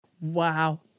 Wow